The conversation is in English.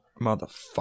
motherfucker